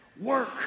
work